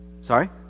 Sorry